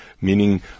meaning